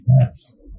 Yes